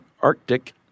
Arctic